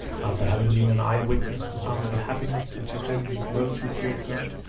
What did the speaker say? after having been an eye-witness to some of the happiness which attended those who feared god,